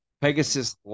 Pegasus